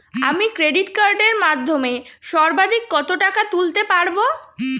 আমি ক্রেডিট কার্ডের মাধ্যমে সর্বাধিক কত টাকা তুলতে পারব?